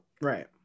Right